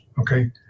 okay